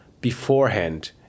beforehand